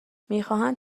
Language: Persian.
میخواهند